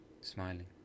smiling